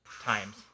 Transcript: times